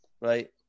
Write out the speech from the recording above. right